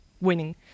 winning